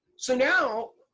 so now,